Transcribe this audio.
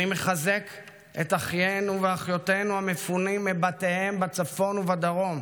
אני מחזק את אחינו ואחיותינו המפונים מבתיהם בצפון ובדרום,